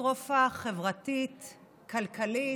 קטסטרופה חברתית-כלכלית,